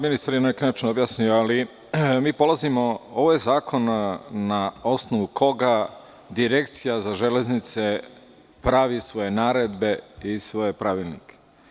Ministar je na neki način objasnio, ali mi polazimo, ovaj zakon na osnovu koga Direkcija za železnice, pravi svoje naredbe i svoje pravilnike.